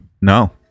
No